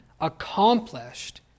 accomplished